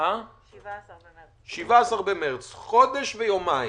17 במרץ, זה מלפני חודש ויומיים.